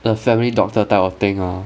the family doctor type of thing ah